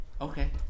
Okay